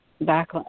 back